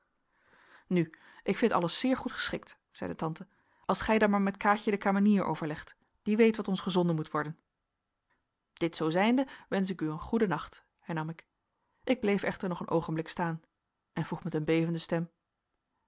nu ik vind alles zeer goed geschikt zeide tante als gij dan maar met kaatje de kamenier overlegt die weet wat ons gezonden moet worden dit zoo zijnde wensch ik u een goeden nacht hernam ik ik bleef echter nog een oogenblik staan en vroeg met een bevende stem